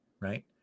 right